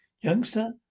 Youngster